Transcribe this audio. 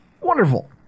Wonderful